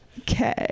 okay